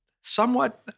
somewhat